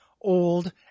old